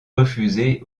refusée